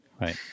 right